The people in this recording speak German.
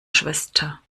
schwester